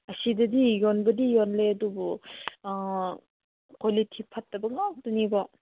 ꯑꯁꯤꯗꯗꯤ ꯌꯣꯟꯕꯗꯤ ꯌꯣꯂꯂꯦ ꯑꯗꯨꯕꯨ ꯀ꯭ꯋꯥꯂꯤꯇꯤ ꯐꯠꯇꯕ ꯉꯥꯛꯇꯅꯦꯕ